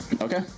Okay